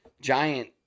giant